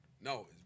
No